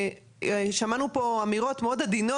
שמענו פה אמירות מאוד עדינות,